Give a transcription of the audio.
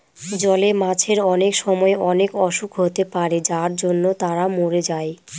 জলে মাছের অনেক সময় অনেক অসুখ হতে পারে যার জন্য তারা মরে যায়